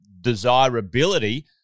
desirability